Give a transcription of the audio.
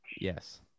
yes